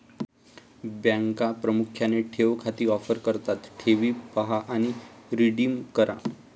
बँका प्रामुख्याने ठेव खाती ऑफर करतात ठेवी पहा आणि रिडीम करा